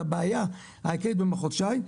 הבעיה העיקרית במחוז ש"י,